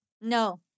No